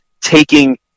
taking